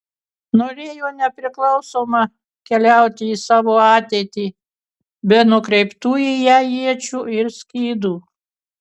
norėjo nepriklausoma keliauti į savo ateitį be nukreiptų į ją iečių ir skydų